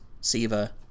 Siva